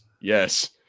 Yes